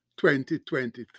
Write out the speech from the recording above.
2023